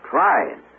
Trying